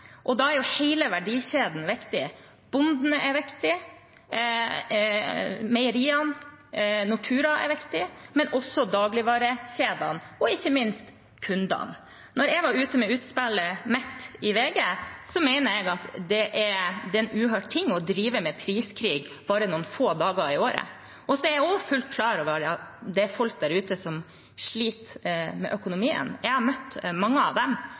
Da er hele verdikjeden viktig. Bonden er viktig, meieriene og Nortura er viktig, men også dagligvarekjedene og ikke minst kundene. Da jeg var ute med utspillet mitt i VG, var det fordi jeg mener at det er en uhørt ting å drive med priskrig bare noen få dager i året. Jeg er også fullt klar over at det er folk der ute som sliter med økonomien – jeg har møtt mange av dem